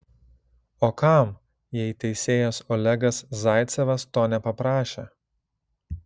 o kam jei teisėjas olegas zaicevas to nepaprašė